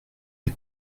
les